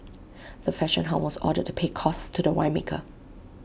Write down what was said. the fashion house was ordered to pay costs to the winemaker